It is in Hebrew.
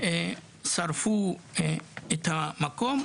הם שרפו את המקום,